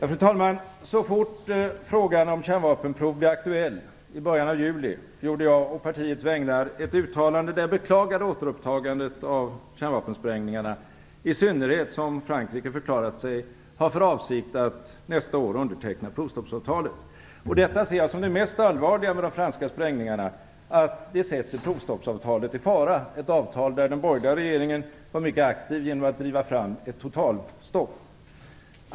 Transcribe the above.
Fru talman! Så fort frågan om kärnvapenprov blev aktuell i början av juli gjorde jag å partiets vägnar ett uttalande där jag beklagade återupptagandet av kärnvapensprängningarna, i synnerhet som Frankrike förklarat sig ha för avsikt att nästa år underteckna provstoppsavtalet. Detta ser jag som det mest allvarliga med de franska sprängningarna. De sätter provstoppsavtalet i fara, ett avtal där den borgerliga regeringen var mycket aktiv genom att driva fram ett totalstopp.